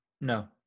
No